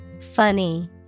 Funny